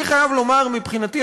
אני חייב לומר שמבחינתי,